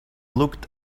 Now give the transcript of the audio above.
looked